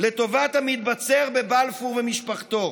לטובת המתבצר בבלפור ומשפחתו.